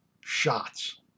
shots